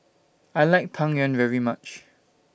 I like Tang Yuen very much